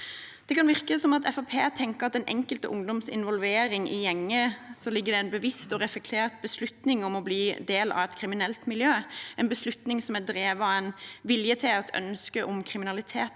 Det kan virke som at Fremskrittspartiet tenker at bak den enkelte ungdoms involvering i gjenger ligger det en bevisst og reflektert beslutning om å bli en del av et kriminelt miljø, en beslutning som er drevet av en vilje til og et ønske om kriminalitet